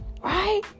right